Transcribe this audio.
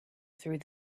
through